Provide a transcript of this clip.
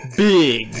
Big